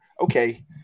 Okay